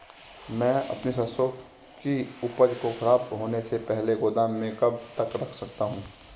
मैं अपनी सरसों की उपज को खराब होने से पहले गोदाम में कब तक रख सकता हूँ?